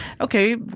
Okay